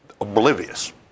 Oblivious